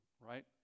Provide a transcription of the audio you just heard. right